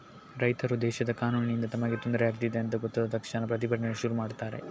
ರೈತರು ದೇಶದ ಕಾನೂನಿನಿಂದ ತಮಗೆ ತೊಂದ್ರೆ ಆಗ್ತಿದೆ ಅಂತ ಗೊತ್ತಾದ ತಕ್ಷಣ ಪ್ರತಿಭಟನೆ ಶುರು ಮಾಡ್ತಾರೆ